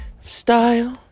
Style